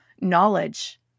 knowledge